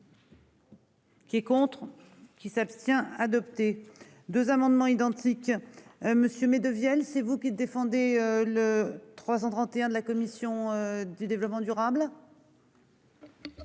Qui est contre qui. S'abstient adopté 2 amendements identiques. Monsieur mais de vielles c'est vous qui défendez le 331 de la commission du développement durable.